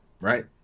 Right